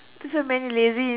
so many lazy